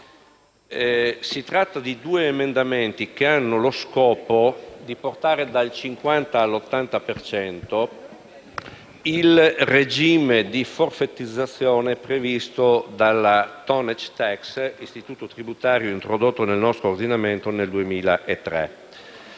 si tratta di due emendamenti che hanno lo scopo di portare dal 50 all'80 per cento il regime di forfetizzazione previsto dalla *tonnage tax* (istituto tributario introdotto nel nostro ordinamento nel 2003),